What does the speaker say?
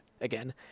again